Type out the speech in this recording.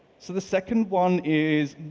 so the second one is,